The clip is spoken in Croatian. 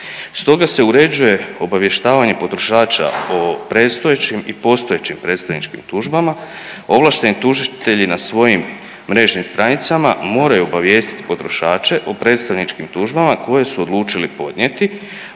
Stoga se uređuje obavještavanje potrošača o predstojećim i postojećim predstavničkim tužbama, ovlašteni tužitelji na svojim mrežnim stranicama moraju obavijestit potrošače o predstavničkim tužbama koje su odlučili podnijeti,